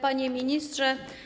Panie Ministrze!